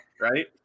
right